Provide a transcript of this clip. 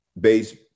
based